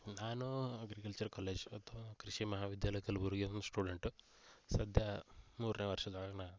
ನಾನು agriculture college ಓದು ಕೃಷಿ ಮಹಾವಿದ್ಯಾಲಯ ಕಲ್ಬುರ್ಗಿ ಸ್ಟೂಡೆಂಟು ಸದ್ಯ ಮೂರನೇ ವರ್ಷದಾಗ ನಾ